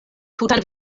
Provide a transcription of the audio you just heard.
tutan